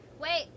Wait